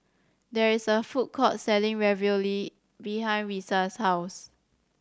there is a food court selling Ravioli behind Risa's house